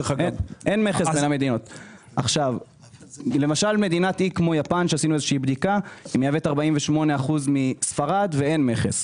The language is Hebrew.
מדינת אי כמו יפן מייבאת 48% מספרד ואין מכס.